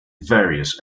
various